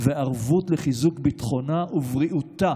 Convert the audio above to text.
וערבות לחיזוק ביטחונה ובריאותה